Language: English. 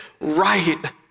right